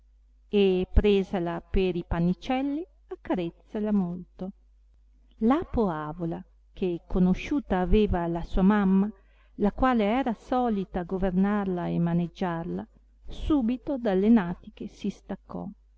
e presala per i pannicelli accarezzala molto la poavola che conosciuta aveva la sua mamma la quale era solita a governarla e maneggiarla subito dalle natiche si staccò